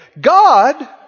God